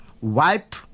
Wipe